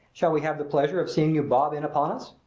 shall we have the pleasure of seeing you bob in upon us?